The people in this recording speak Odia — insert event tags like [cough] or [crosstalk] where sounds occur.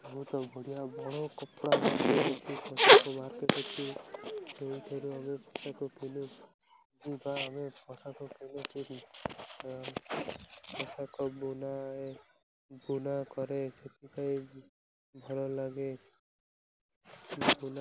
ଗୋଟିଏ ପରିଧାନ ବା ଗୋଟେ ବସ୍ତ୍ର କପଡ଼ା ପିନ୍ଧିବା ଗୋଟେ ନିୟମ ଅଛି ଯେଉଁଠି ଗୋଟେ ନୂଆଖାଇରେ ଗୋଟେ ପୂଜା ଆରମ୍ଭ କରେ ସମସ୍ତେ ଗୋଟିଏ ଧୋତି ପିନ୍ଧିଥାନ୍ତି ଆଉ ଗୋଟଏ ପାଇଜାମ ପିନ୍ଧିଥାନ୍ତି ଯେପରିକି ମା ମାନେ ତାଙ୍କର ଶାଢ଼ୀ ପରିଧାନ କରନ୍ତି ବାପାମାନେ ଧୋତି ପରିଧାନ କରନ୍ତି ଆଉ ଗୋଟେ ଗାମୁଛା [unintelligible] ଗୋଟେ ଆମର କ୍ଷେତ୍ର ସ୍ଥଳକୁ ବା କୃଷି ଜାଗାକୁ